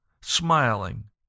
smiling